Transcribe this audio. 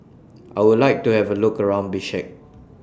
I Would like to Have A Look around Bishkek